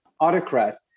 autocrat